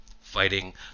fighting